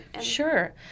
Sure